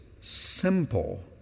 simple